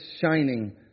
shining